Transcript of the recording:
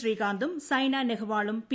ശ്രീകാന്തും സൈന നെഹ്വാളും പി